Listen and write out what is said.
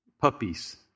puppies